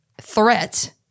threat